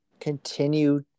continue